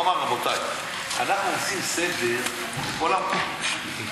הוא אמר: רבותי, אנחנו עושים סדר בכל המקומות.